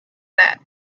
that